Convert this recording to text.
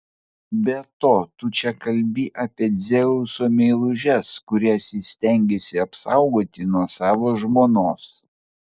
be to tu čia kalbi apie dzeuso meilužes kurias jis stengėsi apsaugoti nuo savo žmonos